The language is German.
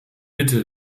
bitte